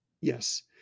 Yes